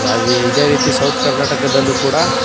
ಅದು ಇದೇ ರೀತಿ ಸೌತ್ ಕರ್ನಾಟಕದಲ್ಲೂ ಕೂಡ